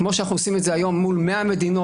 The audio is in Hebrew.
כמו שאנחנו עושים את זה היום מול מאה מדינות